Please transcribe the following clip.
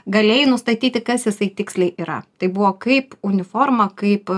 galėjai nustatyti kas jisai tiksliai yra tai buvo kaip uniforma kaip